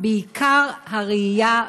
בעיקר הראייה,